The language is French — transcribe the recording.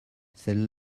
celle